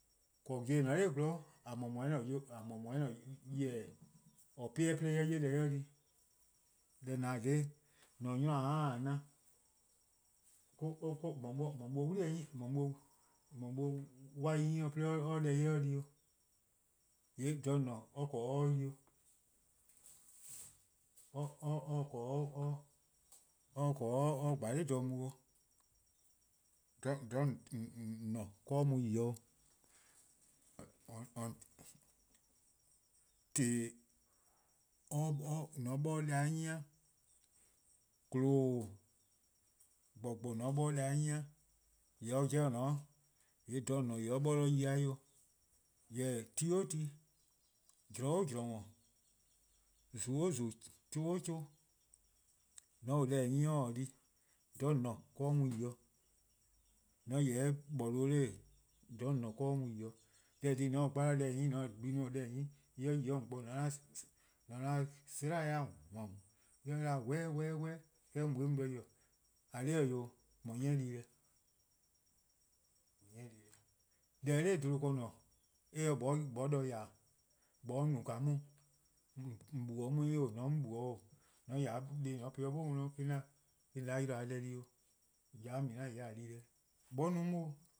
'Dekorn: :yeh :en :ne-a 'nor gwlor :a mu no en-: nyor-kpalu, :a mor 'pean'-ih 'de en 'ye deh en di, deh :on :ne-a :dha :daa, mor-: 'ynor-: :mor or taa na, :mor mu wai' 'nyi 'de or 'ye deh di 'o, :yee' :dha :on :ne-a or :korn or 'ye 'o yi 'o. or se :korn or 'ye :dha 'sluh mu 'o, :dha :on :ne-a 'de or mu yi 'o. tee :mor on 'bor or deh 'nyi-eh, :chio'lo: :gbor, :gbor :mor 'bor-or deh 'nyi-eh, :yee' or 'jeh 'ke dha :on :ne-a :yee' or 'bor 'o yi-a 'weh 'o. Ti 'o ti, zorn o' zorn, zon 'o zon, 'chuh 'o 'chuh, :mor :on taa-or deh 'nyi or :taa di, :dha :on :ne-a 'de or mu yi-'. :an :yeh bla-or, :dha :on :ne-a 'de or mu yi-:. Deh :eh :korn-a dhih :mor :on taa gbarlor deh 'nyi, :mor taa gbe+-a deh 'yi :mor en yi 'o bo :mor ta senae'-a :wan :mor eh 'da 'we, we, eh mu eh mu 'de-ka :yi. :eh :korn dhih-eh 'wee', :mor 'nyi en dii-deh, deh se dha 'bluhba ken :ne eh se 'moeh 'de :ya-dih. :mor 'moeh taa 'on no :mor :on 'jle-dih 'on 'weh 'o :on se 'on 'jle-dih 'o, :mor :on :ya 'de dih :on po-ih 'de 'koba 'di :on 'da 'yle :a 'ye deh di 'o, 'on :ya 'de :mina' :yee' :a di-deh